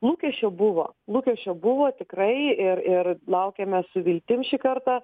lūkesčio buvo lūkesčio buvo tikrai ir ir laukėme su viltim šį kartą